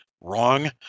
wrong